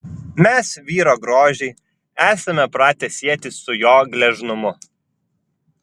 mes vyro grožį esame pratę sieti su jo gležnumu